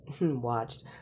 watched